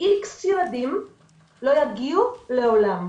ואיקס ילדים לא יגיעו לעולם.